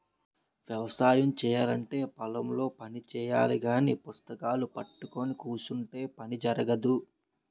వ్యవసాయము చేయాలంటే పొలం లో పని చెయ్యాలగాని పుస్తకాలూ పట్టుకొని కుసుంటే పని జరగదు